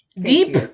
Deep